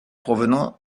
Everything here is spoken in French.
provenant